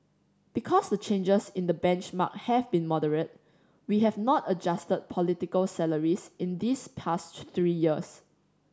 because the changes in the benchmark have been moderate we have not adjusted political salaries in these past three years